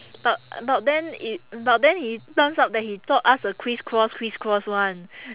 but but then it but then he turns out that he taught us the criss cross criss cross [one]